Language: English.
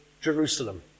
Jerusalem